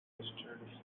requested